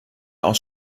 aus